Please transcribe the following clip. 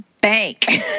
bank